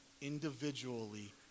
individually